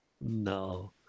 No